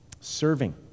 Serving